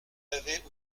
avait